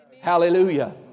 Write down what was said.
Hallelujah